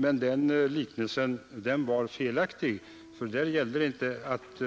Men den liknelsen var felaktig, för där gällde det inte att